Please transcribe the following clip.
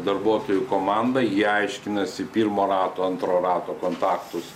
darbuotojų komanda jie aiškinasi pirmo rato antro rato kontaktus